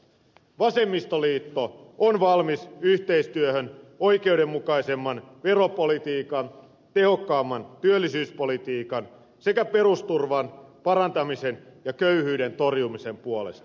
vasemmistoliitto on valmis yhteistyöhön oikeudenmukaisemman veropolitiikan tehokkaamman työllisyyspolitiikan sekä perusturvan parantamisen ja köyhyyden torjumisen puolesta